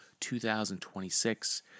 2026